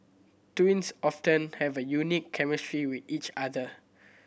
twins often have a unique chemistry with each other